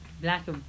Black